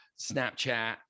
Snapchat